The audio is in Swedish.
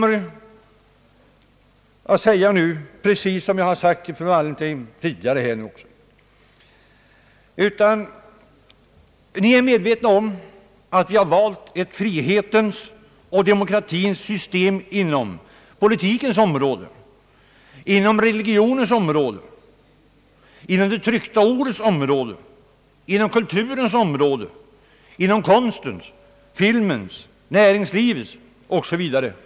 Nej, jag säger nu precis som tidigare till fru Wallentheim: Ni är medvetna om att vi har valt ett frihetens och demokratins system på det politiska området, på religionens område, på det tryckta ordets område, på kulturens, konstens och filmens områden, på näringslivets område o.s.v.